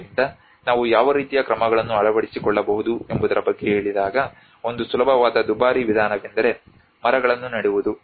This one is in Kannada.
ಆದ್ದರಿಂದ ನಾವು ಯಾವ ರೀತಿಯ ಕ್ರಮಗಳನ್ನು ಅಳವಡಿಸಿಕೊಳ್ಳಬಹುದು ಎಂಬುದರ ಬಗ್ಗೆ ಹೇಳಿದಾಗ ಒಂದು ಸುಲಭವಾದ ದುಬಾರಿ ವಿಧಾನವೆಂದರೆ ಮರಗಳನ್ನು ನೆಡುವುದು